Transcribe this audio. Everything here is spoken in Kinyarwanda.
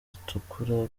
zitukura